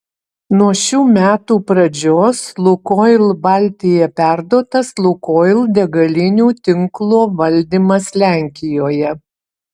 nuo šių metų pradžios lukoil baltija perduotas lukoil degalinių tinklo valdymas lenkijoje